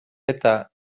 eta